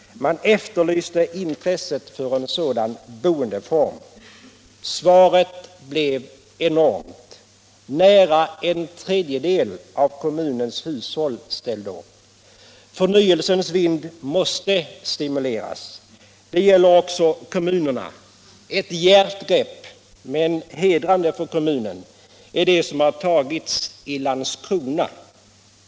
Man efterlyste intresset för en sådan boendeform. Svaret blev enormt. Nära en tredjedel av kommunens hushåll ställde upp. Förnyelsens vind måste stimuleras. Det gäller också kommunerna. Ett djärvt grepp —- men hedrande för kommunen -— är det som tagits i Landskrona.